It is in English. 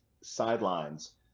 sidelines